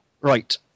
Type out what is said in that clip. Right